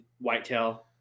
Whitetail